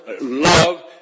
love